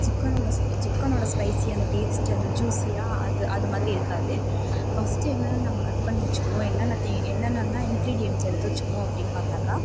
சிக்கனோட சிக்கனோட ஸ்பைஸி அந்த டேஸ்டு அந்த ஜூஸியாக அது அதுமாதிரி இருக்காது ஃபர்ஸ்ட் என்ன நம்ம கட் பண்ணி வச்சிக்கணும் என்னன தே என்னனலாம் இன்க்ரிடியன்ஸ் எடுத்து வச்சிக்கணும் அப்படினு பார்த்தாக்கா